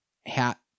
hat